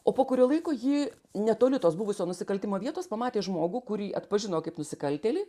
o po kurio laiko ji netoli tos buvusio nusikaltimo vietos pamatė žmogų kurį atpažino kaip nusikaltėlį